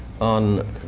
on